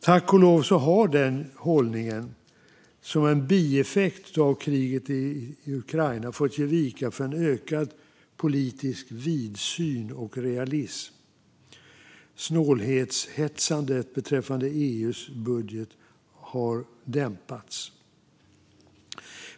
Tack och lov har den hållningen som en bieffekt av kriget i Ukraina fått ge vika för en ökad politisk vidsyn och realism. Snålhetshetsandet beträffande EU:s budget har dämpats.